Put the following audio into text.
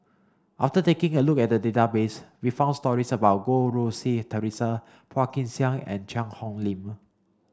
after taking a look at database we found stories about Goh Rui Si Theresa Phua Kin Siang and Cheang Hong Lim